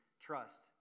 trust